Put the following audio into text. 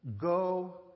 Go